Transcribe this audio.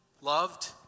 loved